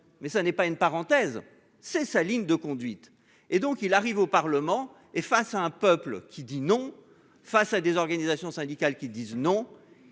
mais ça n'est pas une parenthèse, c'est sa ligne de conduite et donc il arrive au Parlement et face à un peuple qui dit non. Face à des organisations syndicales qui disent non,